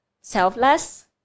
selfless